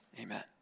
Amen